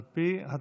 על פי התקנון.